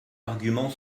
argument